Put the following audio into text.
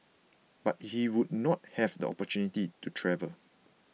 but he would not have the opportunity to travel